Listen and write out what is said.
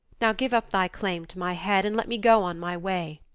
now give up thy claim to my head and let me go on my way.